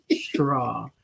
straw